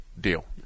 deal